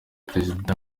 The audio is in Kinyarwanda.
perezida